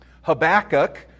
Habakkuk